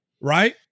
Right